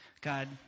God